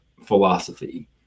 philosophy